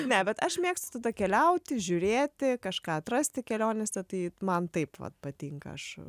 ne bet aš mėgstu tada keliauti žiūrėti kažką atrasti kelionėse tai man taip vat patinka aš